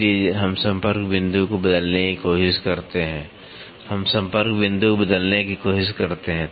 इसलिए हम संपर्क बिंदु को बदलने की कोशिश करते हैं हम संपर्क बिंदु को बदलने की कोशिश करते हैं